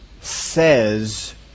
says